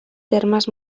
termes